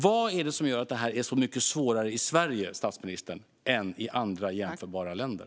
Vad är det som gör att detta är så mycket svårare i Sverige, statsministern, än i andra jämförbara länder?